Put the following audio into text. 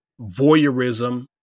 voyeurism